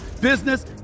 business